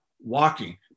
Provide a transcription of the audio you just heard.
walking